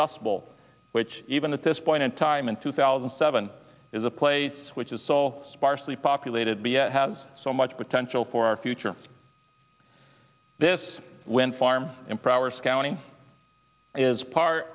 bowl which even at this point in time in two thousand and seven is a place which is so sparsely populated be it has so much potential for our future this wind farm empowers county is part